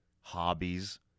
hobbies